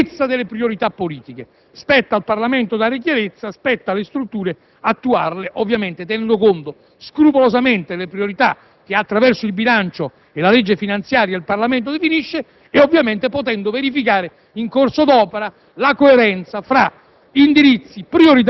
e cioè quello della chiarezza delle priorità politiche: spetta al Parlamento dare chiarezza, spetta alle strutture attuarle, tenendo conto scrupolosamente delle priorità che, attraverso il bilancio e la legge finanziaria, il Parlamento definisce e potendo verificare in corso d'opera la coerenza fra